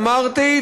אמרתי,